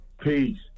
Peace